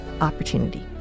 opportunity